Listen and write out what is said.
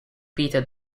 peter